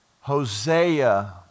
Hosea